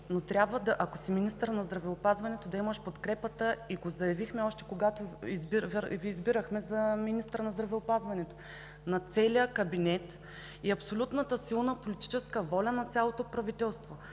но ако си министър на здравеопазването, трябва да имаш подкрепата – и го заявихме още когато Ви избирахме за министър на здравеопазването – на целия кабинет, абсолютната, силна политическа воля на цялото правителство.